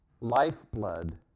lifeblood